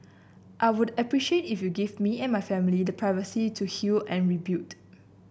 I would appreciate if you give me and my family the privacy to heal and rebuild